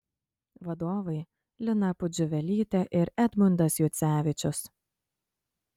vadovai lina pudžiuvelytė ir edmundas jucevičius